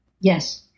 Yes